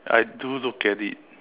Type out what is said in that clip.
I do look at it